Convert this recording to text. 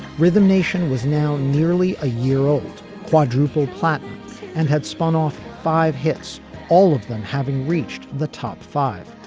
rhythm nation was now nearly a year old quadruple platinum and had spun off five hits all of them having reached the top five.